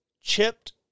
chipped